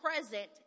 present